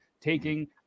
taking